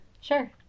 Sure